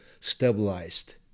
stabilized